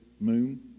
moon